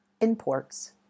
imports